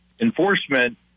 enforcement